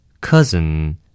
Cousin